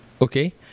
Okay